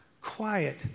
quiet